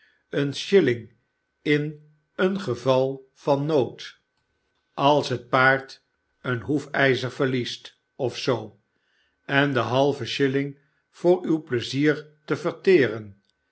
een shilling in geval van nood als het hij maakt een omweg naar het heerenhuis paard een hoefijzer verliest of zoo en de halve shilling voor uw pleizier te verteren